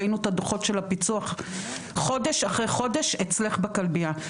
ראינו את הדוחות של הפיצו"ח חודש אחרי חודש אצלך בכלבייה.